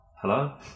hello